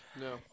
no